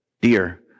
dear